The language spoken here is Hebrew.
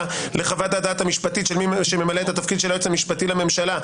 לחוות הדעת המשפטית של מי שממלא את התפקיד של היועץ המשפטי לממשלה,